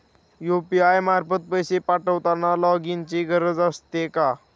UPI मार्फत पैसे पाठवताना लॉगइनची गरज असते का?